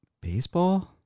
Baseball